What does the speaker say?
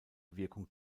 wirkung